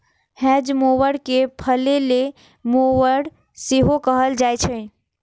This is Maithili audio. हेज मोवर कें फलैले मोवर सेहो कहल जाइ छै